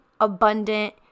abundant